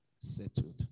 settled